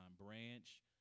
Branch